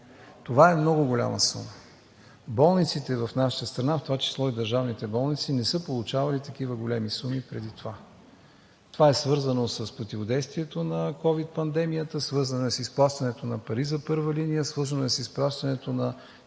Това е много голяма сума. Болниците в нашата страна, в това число и държавните болници, не са получавали такива големи суми преди това. Това е свързано с противодействието на ковид пандемията, свързано е с изплащането на пари за първа линия, свързано е с изплащането директно